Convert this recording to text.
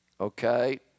okay